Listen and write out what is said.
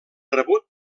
rebut